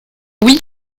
oui